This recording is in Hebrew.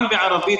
גם בערבית,